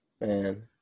Man